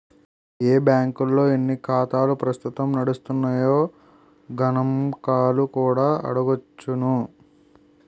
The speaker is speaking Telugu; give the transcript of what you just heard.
ఏ బాంకుల్లో ఎన్ని ఖాతాలు ప్రస్తుతం నడుస్తున్నాయో గణంకాలు కూడా అడగొచ్చును